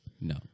No